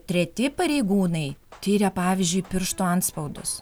treti pareigūnai tiria pavyzdžiui pirštų antspaudus